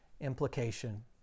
implication